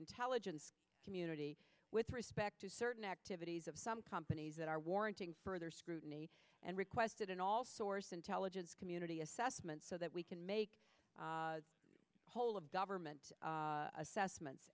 intelligence community with respect to certain activities of some companies that are warranting further scrutiny and requested and all source intelligence community assessments so that we can make whole of government assessments